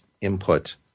input